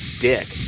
dick